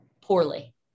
poorly